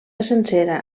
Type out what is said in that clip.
sencera